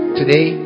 today